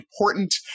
important